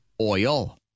Oil